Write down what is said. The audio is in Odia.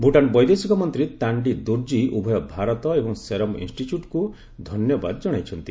ଭୁଟାନ ବୈଦେଶିକ ମନ୍ତ୍ରୀ ତାଣ୍ଡି ଦୋର୍ଜି ଉଭୟ ଭାରତ ଏବଂ ସେରମ୍ ଇନ୍ଷ୍ଟିଚ୍ୟୁଟ୍କୁ ଧନ୍ୟବାଦ ଜଣାଇଛନ୍ତି